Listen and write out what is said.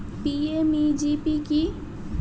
PMEGP কি?